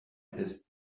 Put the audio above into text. his